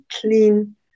clean